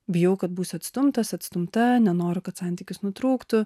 bijau kad būsiu atstumtas atstumta nenoriu kad santykis nutrūktų